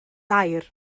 air